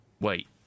wait